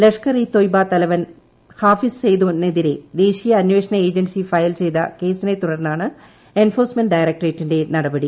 ലഷ്കർ ഇ തോയ്ബ തലവൻ ഹാഷ്ട്രിസ് സൈയ്ദിനെതിരെ ദേശീയ അന്വേഷണ ഏജൻസി ഫയൽ ചെയ്ത കേസിനെ തുടർന്നാണ് എൻഫോഴ്സ്മെന്റ് ഡയറക്ടറേറ്റീടുന്റു നടപടി